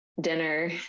dinner